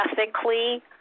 ethically